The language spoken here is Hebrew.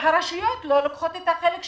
והרשויות לא לוקחות את החלק שלהן.